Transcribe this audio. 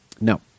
No